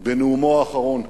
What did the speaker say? בנאומו האחרון.